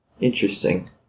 interesting